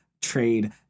trade